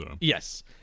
Yes